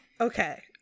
Okay